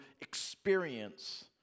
experience